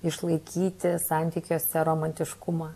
išlaikyti santykiuose romantiškumą